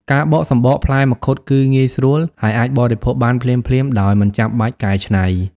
ការបកសំបកផ្លែមង្ឃុតគឺងាយស្រួល ហើយអាចបរិភោគបានភ្លាមៗដោយមិនចាំបាច់កែច្នៃ។